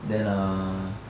then uh